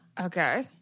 Okay